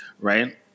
Right